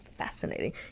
Fascinating